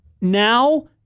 now